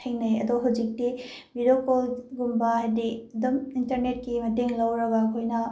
ꯊꯦꯡꯅꯩ ꯑꯗꯣ ꯍꯧꯖꯤꯛꯇꯤ ꯕꯤꯗꯤꯑꯣ ꯀꯣꯜꯒꯨꯝꯕ ꯍꯥꯏꯗꯤ ꯑꯗꯨꯝ ꯏꯟꯇꯔꯅꯦꯠꯀꯤ ꯃꯇꯦꯡ ꯂꯧꯔꯒ ꯑꯩꯈꯣꯏꯅ